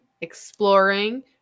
exploring